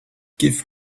give